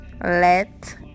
Let